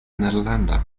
nederlanda